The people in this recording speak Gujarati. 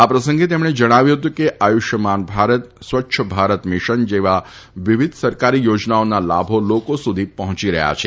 આ પ્રસંગે તેમણે જણાવ્યું હતું કે આયુષ્યમાન ભારત સ્વચ્છ ભારત મિશન જેવા વિવિધ સરકારી યોજનાઓના લાભો લોકો સુધી પહોંચી રહ્યા છે